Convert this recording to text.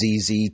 ZZ